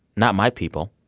not my people.